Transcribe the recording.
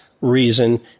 reason